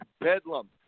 bedlam